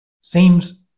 seems